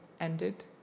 ended